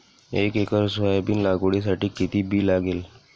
एक acre soybean लागवडीसाठी किती बी लागेल?